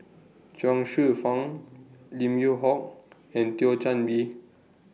Chuang Hsueh Fang Lim Yew Hock and Thio Chan Bee